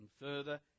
further